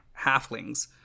Halflings